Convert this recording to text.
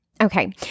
Okay